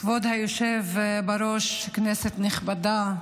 כבוד היושב-בראש, כנסת נכבדה,